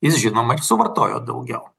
jis žinoma ir suvartojo daugiau